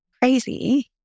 crazy